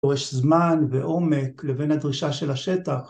שורש זמן ועומק לבין הדרישה של השטח